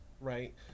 right